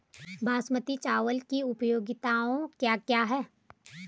बासमती चावल की उपयोगिताओं क्या क्या हैं?